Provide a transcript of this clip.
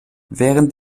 während